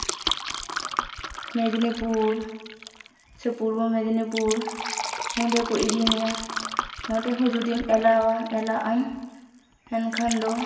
ᱢᱮᱫᱱᱤᱯᱩᱨ ᱥᱮ ᱯᱩᱨᱵᱚ ᱢᱮᱫᱱᱤᱯᱩᱨ ᱚᱸᱰᱮ ᱠᱚ ᱤᱫᱤ ᱢᱮᱭᱟ ᱚᱸᱰᱮ ᱦᱚᱸ ᱡᱩᱫᱤᱢ ᱮᱞᱟᱣᱟ ᱮᱞᱟᱜᱼᱟ ᱮᱱᱠᱷᱟᱱ ᱫᱚ